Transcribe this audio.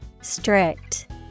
Strict